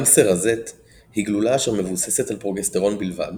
גם סרזט היא גלולה אשר מבוססת על פרוגסטרון בלבד,